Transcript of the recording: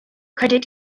credit